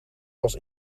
was